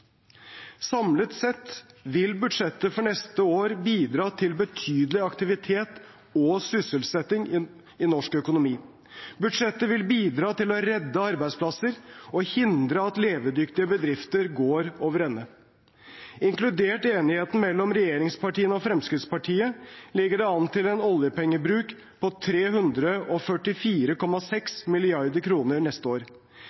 Samlet sett vil budsjettet for neste år bidra til betydelig aktivitet og sysselsetting i norsk økonomi. Budsjettet vil bidra til å redde arbeidsplasser og hindre at levedyktige bedrifter går over ende. Inkludert i enigheten mellom regjeringspartiene og Fremskrittspartiet ligger det an til en oljepengebruk på 344,6 mrd. kr neste år.